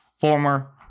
former